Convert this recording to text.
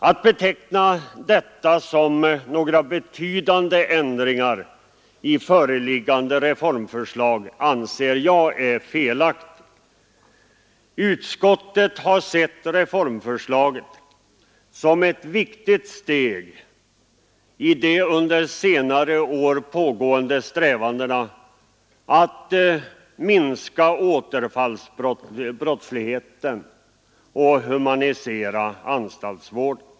Att beteckna detta som några betydande ändringar i föreliggande reformförslag anser jag vara felaktigt. Utskottet har sett reformförslaget som ett viktigt steg i de under senare år pågående strävandena att minska återfallsbrottsligheten och humanisera anstaltsvården.